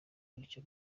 gutyo